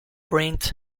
print